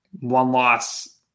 one-loss